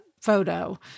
photo